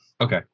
okay